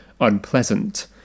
unpleasant